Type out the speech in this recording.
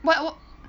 what